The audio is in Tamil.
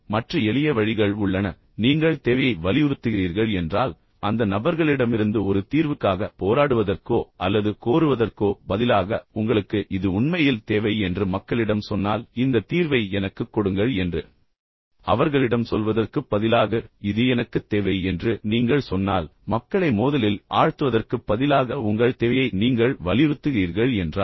இப்போது மற்ற எளிய வழிகள் உள்ளன நீங்கள் தேவையை வலியுறுத்துகிறீர்கள் என்றால் அந்த நபர்களிடமிருந்து ஒரு தீர்வுக்காக போராடுவதற்கோ அல்லது கோருவதற்கோ பதிலாக உங்களுக்கு இது உண்மையில் தேவை என்று மக்களிடம் சொன்னால் இந்த தீர்வை எனக்குக் கொடுங்கள் என்று அவர்களிடம் சொல்வதற்குப் பதிலாக இது எனக்குத் தேவை என்று நீங்கள் சொன்னால் மக்களை மோதலில் ஆழ்த்துவதற்குப் பதிலாக உங்கள் தேவையை நீங்கள் வலியுறுத்துகிறீர்கள் என்றால்